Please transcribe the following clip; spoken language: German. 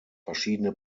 verschiedene